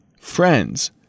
friends